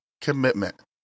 commitment